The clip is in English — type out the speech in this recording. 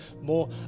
more